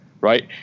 right